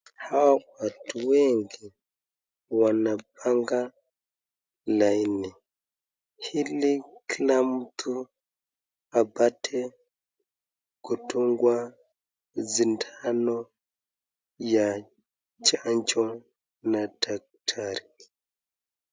Hao watu wengi wanapanga laini, ili kila mtu apate kudungwa sindano ya chanjo na daktari.